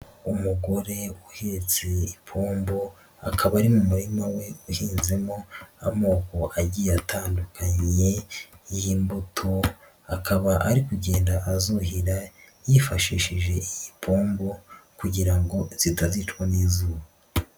Umugore uhetse ipombo, akaba ari mu murima we yahinzemo amoko agiye atandukanye, iyi mbuto akaba ari kugenda azuhira yifashishije ipombo kugira ngo zitazicwa n'izuba.